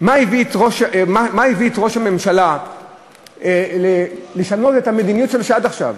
מה הביא את ראש הממשלה לשנות את המדיניות שלו שהייתה עד עכשיו.